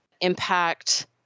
impact